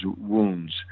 wounds